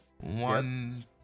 One